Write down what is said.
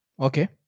okay